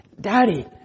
Daddy